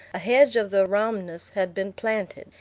a hedge of the rhamnus had been planted,